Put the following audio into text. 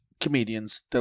comedians